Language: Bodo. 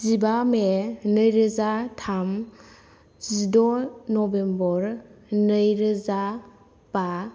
जिबा मे नैरोजा थाम जिद' नवेम्बर नैरोजा बा